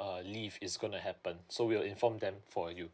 uh leave is gonna happen so we'll inform them for you